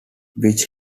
which